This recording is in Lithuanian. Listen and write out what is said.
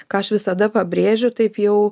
ką aš visada pabrėžiu taip jau